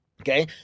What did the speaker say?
Okay